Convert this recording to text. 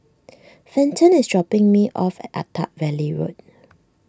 Fenton is dropping me off at Attap Valley Road